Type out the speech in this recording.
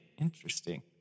Interesting